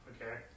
Okay